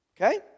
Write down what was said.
Okay